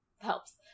helps